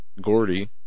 Gordy